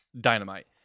Dynamite